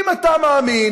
אם אתה מאמין,